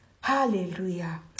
Hallelujah